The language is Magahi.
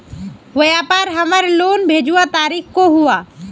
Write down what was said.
व्यापार हमार लोन भेजुआ तारीख को हुआ?